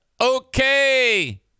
Okay